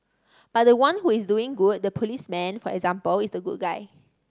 but the one who is doing good the policeman for example is the good guy